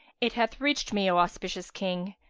it hath reached me, o auspicious king,